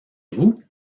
vous